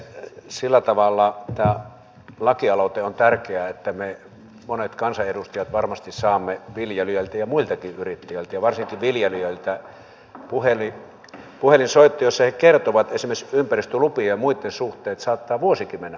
sillä tavalla tämä lakialoite on tärkeä että me monet kansanedustajat varmasti saamme viljelijöiltä ja muiltakin yrittäjiltä ja varsinkin viljelijöiltä puhelinsoittoja joissa he kertovat esimerkiksi ympäristölupien ja muitten suhteen että saattaa vuosikin mennä aikaa